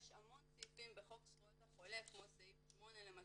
יש המון סעיפים בחוק זכויות החולה כמו סעיף 8 למשל,